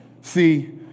See